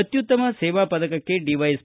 ಅತ್ಯುತ್ತಮ ಸೇವಾ ಪದಕಕ್ಕೆ ಡಿವೈಎಸ್